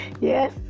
yes